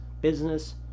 business